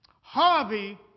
Harvey